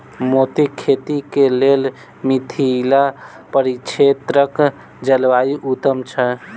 मोतीक खेती केँ लेल मिथिला परिक्षेत्रक जलवायु उत्तम छै?